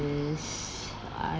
I